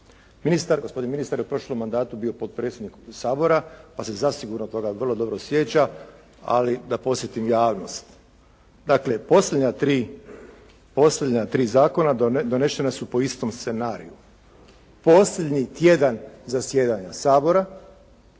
gospodin ministar je u prošlom mandatu je bio potpredsjednik Sabora pa se zasigurno toga vrlo dobro sjeća ali da podsjetim javnost. Dakle, posljednja tri zakona donesena su po istom scenariju. Posljednji tjedan zasjedanja Sabora